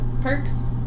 perks